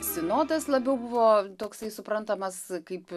sinodas labiau buvo toksai suprantamas kaip